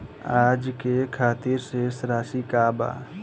आज के खातिर शेष राशि का बा?